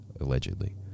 allegedly